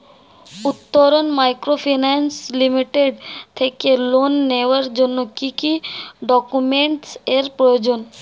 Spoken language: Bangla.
উত্তরন মাইক্রোফিন্যান্স লিমিটেড থেকে লোন নেওয়ার জন্য কি কি ডকুমেন্টস এর প্রয়োজন?